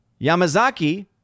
Yamazaki